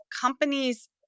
companies